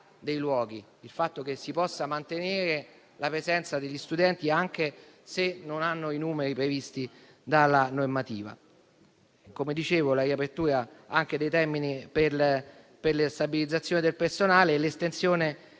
mi riferisco al fatto che si possa mantenere la presenza degli studenti, anche se non ci sono i numeri previsti dalla normativa vigente. Cito anche la riapertura dei termini per la stabilizzazione del personale e l'estensione